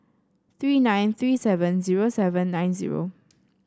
three nine three seven zero seven nine zero